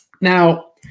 Now